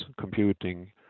computing